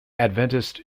adventist